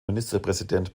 ministerpräsident